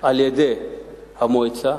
על-ידי המועצה,